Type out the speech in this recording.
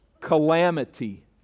Calamity